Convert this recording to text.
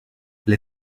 les